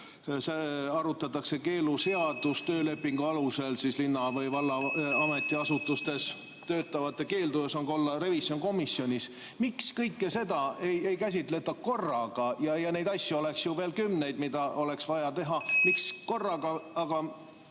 siin arutatakse keeluseadust, töölepingu alusel linna või valla ametiasutustes töötajate keeldu olla revisjonikomisjonis. Miks kõike seda ei käsitleta korraga? Ja neid asju oleks ju veel kümneid, mida oleks vaja teha. (Juhataja